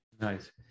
Nice